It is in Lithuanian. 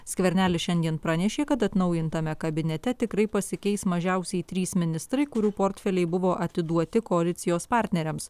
skvernelis šiandien pranešė kad atnaujintame kabinete tikrai pasikeis mažiausiai trys ministrai kurių portfeliai buvo atiduoti koalicijos partneriams